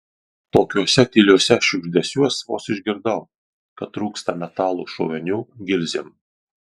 tokiuose tyliuose šiugždesiuos vos išgirdau kad trūksta metalo šovinių gilzėm